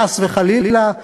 חס וחלילה,